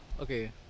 okay